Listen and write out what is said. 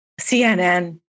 CNN